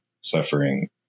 suffering